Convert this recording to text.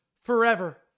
forever